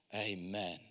Amen